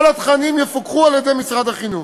כל התכנים יפוקחו על-ידי משרד החינוך.